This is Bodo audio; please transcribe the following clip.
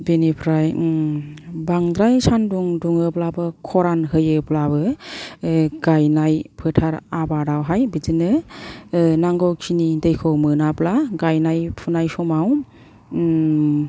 बेनिफ्राय बांद्राय सान्दुं दुङोब्लाबो खरान होयोब्लाबो गायनाय फोथार आबादावहाय बिदिनो नांगौ खिनि दैखौ मोनाब्ला गायनाय फुनाय समाव